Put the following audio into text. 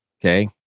Okay